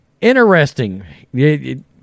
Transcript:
interesting